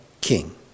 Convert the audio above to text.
king